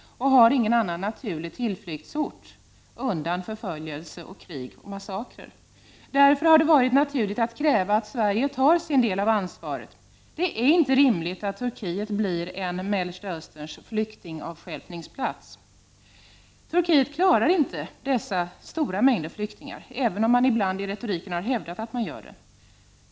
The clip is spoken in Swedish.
1989/90:29 har ingen annan naturlig tillflyktsort undan förföljelser, krig och massakrer. 20 november 1989 Därför har det varit naturligt att kräva att Sverige tar sin del av ansvaret. Det = är inte rimligt att Turkiet blir en Mellersta Österns flyktingavstjälpningsplats. Turkiet klarar inte dessa stora mängder flyktingar, även om man från turkiskt håll ibland i retoriken hävdat att man gör det.